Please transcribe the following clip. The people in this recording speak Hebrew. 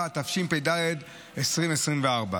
בבקשה.